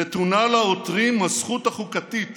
"נתונה לעותרים הזכות החוקתית